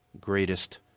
greatest